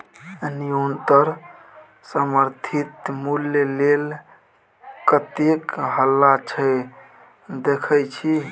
न्युनतम समर्थित मुल्य लेल कतेक हल्ला छै देखय छी